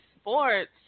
Sports